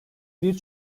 bir